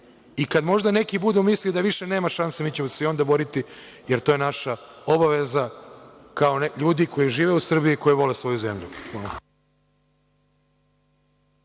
neki možda budu mislili da više nema šanse mi ćemo se i onda boriti jer to je naša obaveza kao ljudi koji žive u Srbiji i koji vole svoju zemlju.